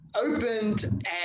opened